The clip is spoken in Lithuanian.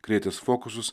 krėtęs fokusus